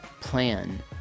plan